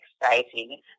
exciting